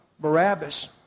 Barabbas